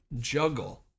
juggle